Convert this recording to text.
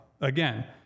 Again